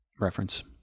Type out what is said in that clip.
reference